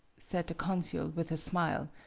said the consul, with a smile.